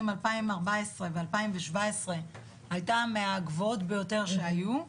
2014 ו-2017 הייתה מהגבוהות ביותר שהיו.